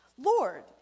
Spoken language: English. Lord